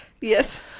Yes